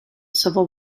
civil